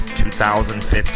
2015